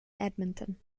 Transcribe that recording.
edmonton